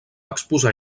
exposar